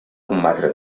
combatre